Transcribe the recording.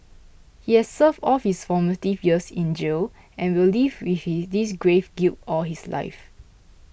he has served all his formative years in jail and will live with this grave guilt all his life